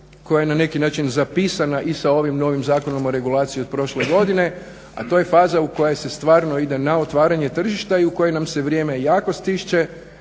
koja je na neki način zapisana i sa ovim novim zakonom o regulaciji od prošle godine, a to je faza u kojoj se stvarno ide na otvaranje tržišta i u koji nam se vrijeme jako stišće